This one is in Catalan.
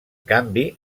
canvi